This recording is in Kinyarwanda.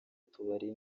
tubari